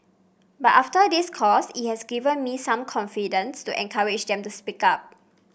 but after this course it has given me some confidence to encourage them to speak up